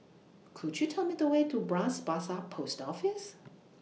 Could YOU Tell Me The Way to Bras Basah Post Office